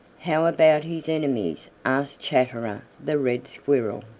how about his enemies? asked chatterer the red squirrel.